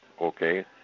Okay